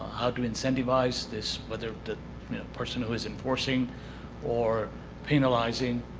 how to incentivize this, whether the person who is enforcing or penalizing,